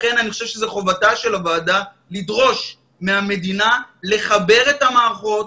לכן אני חושב שזה חובתה של הוועדה לדרוש מהמדינה לחבר את המערכות,